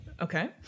okay